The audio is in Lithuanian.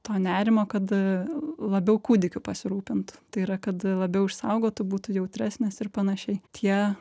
to nerimo kad labiau kūdikiu pasirūpint tai yra kad labiau išsaugotų būtų jautresnės ir panašiai tie